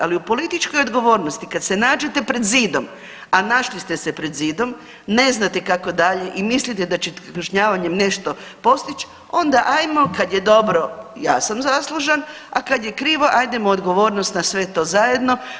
Ali u političkoj odgovornosti kad se nađete pred zidom, a našli ste se pred zidom, ne znate kako dalje i mislite da ćete kažnjavanjem nešto postići onda ajmo kad je dobro ja sam zaslužan, a kad je krivo ajdemo odgovornost na sve to zajedno.